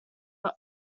were